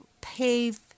pave